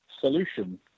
solution